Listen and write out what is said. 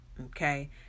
Okay